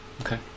okay